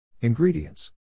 Ingredients